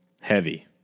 Heavy